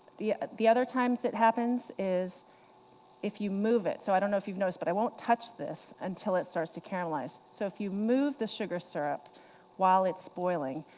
the the other times it happens is if you move it. so i don't know if you've noticed, but i won't touch this until it starts to caramelize. so if you move the sugar syrup while it's boiling,